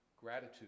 Gratitude